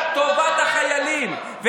אבל אתם שמתם את טובתכם האישית מעל טובת החיילים.